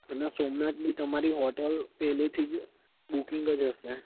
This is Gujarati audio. અને સોમનાથ બી તમારી હોટેલ પહેલેથી જ બુકિંગ જ હશે